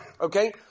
okay